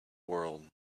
world